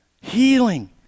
healing